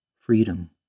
freedom